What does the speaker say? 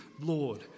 Lord